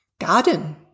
Garden